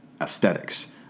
aesthetics